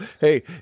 hey